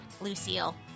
Lucille